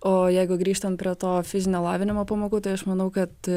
o jeigu grįžtant prie to fizinio lavinimo pamokų tai aš manau kad